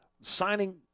signing